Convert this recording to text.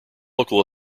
local